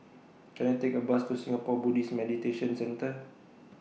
Can I Take A Bus to Singapore Buddhist Meditation Centre